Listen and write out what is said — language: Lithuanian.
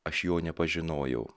aš jo nepažinojau